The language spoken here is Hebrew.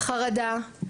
חרדה,